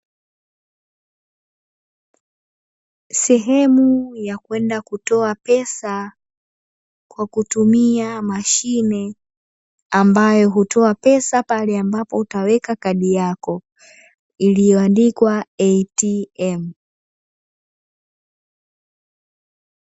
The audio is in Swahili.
Sehemu ya kwenda kutoa pesa kwa kutumia mashine ambayo hutoa pesa pale ambapo utaweka kadi yako iliyoandikwa “ATM ".